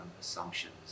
assumptions